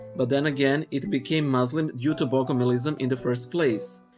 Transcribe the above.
but then again, it became muslim due to bogomilism in the first place.